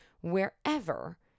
wherever